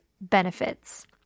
benefits